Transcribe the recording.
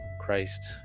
christ